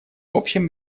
общем